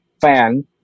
fan